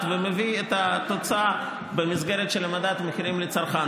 ומביא את התוצאה במסגרת של מדד המחירים לצרכן.